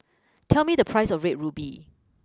tell me the price of Red ruby